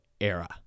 era